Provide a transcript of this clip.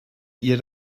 ihr